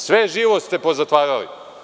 Sve živo ste pozatvarali.